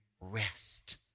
rest